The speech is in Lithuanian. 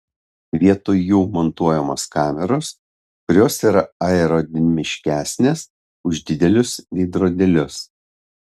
vietoj jų montuojamos kameros kurios yra aerodinamiškesnės už didelius veidrodėlius